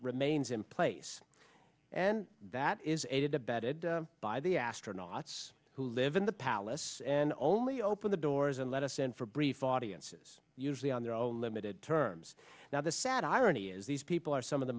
remains in place and that is a good abetted by the astronauts who live in the palace and only open the doors and let us in for brief audiences usually on their own limited terms now the sad irony is these people are some of the